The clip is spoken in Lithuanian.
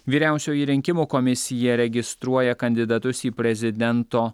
vyriausioji rinkimų komisija registruoja kandidatus į prezidento